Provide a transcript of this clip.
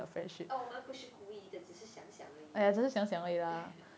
我们不是故意的只是想想而已